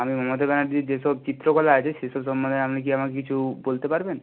আমি মমতা ব্যানার্জির যেসব চিত্রকলা আছে সেসব সম্বন্ধে আপনি কি আমাকে কিছু বলতে পারবেন